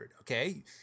Okay